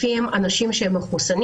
לפיהם, אנשים שהם מחוסנים